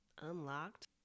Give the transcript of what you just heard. unlocked